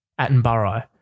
Attenborough